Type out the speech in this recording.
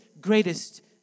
greatest